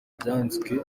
byanditse